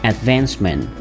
Advancement